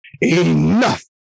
Enough